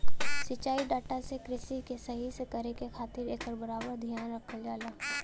सिंचाई डाटा से कृषि के सही से करे क खातिर एकर बराबर धियान रखल जाला